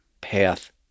path